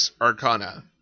Arcana